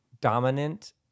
dominant